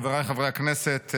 חבריי חברי הכנסת,